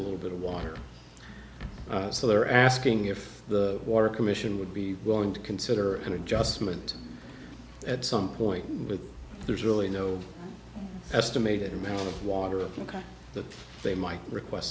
little bit of water so they're asking if the water commission would be willing to consider an adjustment at some point but there's really no estimated amount of water in the they might request